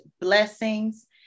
blessings